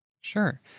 Sure